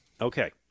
Okay